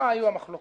מה היו המחלוקות?